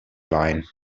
line